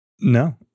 No